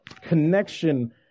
connection